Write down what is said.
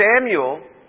Samuel